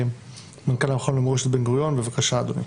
מנכ"ל המכון למורשת בן-גוריון, בבקשה אדוני.